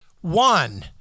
one